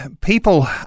people